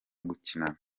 gukinana